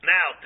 Now